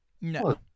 No